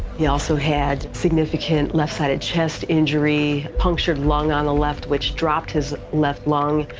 he also had significant left sided chest injury, punctured lung on the left, which dropped his left lung,